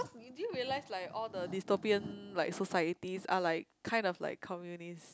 you didn't realize like all the dystopian like societies are like kind of like communist